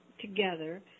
together